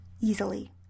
easily